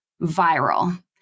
viral